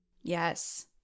Yes